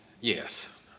Yes